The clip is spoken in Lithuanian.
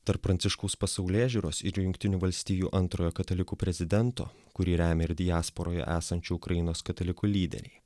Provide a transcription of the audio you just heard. tarp pranciškaus pasaulėžiūros ir jungtinių valstijų antrojo katalikų prezidento kurį remia ir diasporoje esančių ukrainos katalikų lyderiai